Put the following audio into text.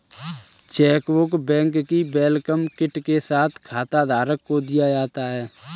chequebook bank की welcome kit के साथ खाताधारक को दिया जाता है